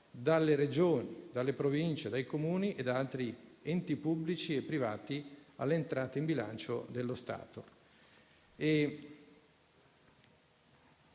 dalle Regioni, dalle Province, dai Comuni e da altri enti pubblici e privati all'entrata del bilancio dello Stato.